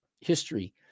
history